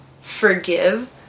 forgive